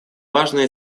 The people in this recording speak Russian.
важный